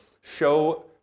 show